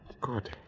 Good